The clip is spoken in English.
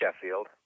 Sheffield